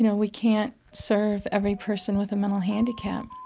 you know we can't serve every person with a mental handicap.